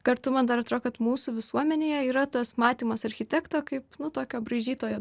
kartu man dar atrodo kad mūsų visuomenėje yra dar tas matymas architekto kaip nu tokio braižytojo